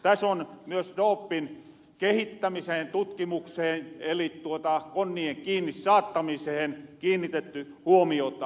täs on myös dopingkehittämiseen tutkimukseen eli konnien kiinni saattamisehen kiinnitetty huomiota